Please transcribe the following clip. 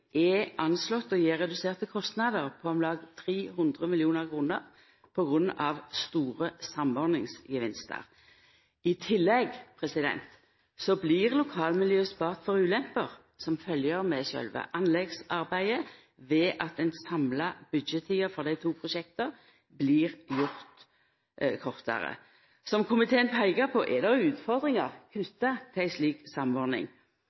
er anslått til å gje reduserte kostnader på om lag 300 mill. kr på grunn av store samordningsgevinstar. I tillegg blir lokalmiljøa sparte for ulemper som følgjer med sjølve anleggsarbeidet, ved at den samla byggjetida for dei to prosjekta blir gjord kortare. Som komiteen peikar på, er det utfordringar knytt til ei slik samordning.